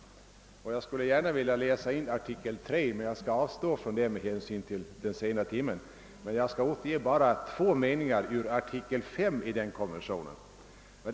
Om tiden inte hade varit så långt framskriden skulle jag ha velat läsa in artikel 3 i kammarens protokoll, men jag avstår alltså. Låt mig emellertid återge några satser ur artikel 5.